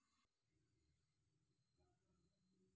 खातेधारक नसणाऱ्या व्यक्तींना मी यू.पी.आय द्वारे पैसे देऊ शकतो का?